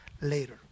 later